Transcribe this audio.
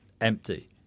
empty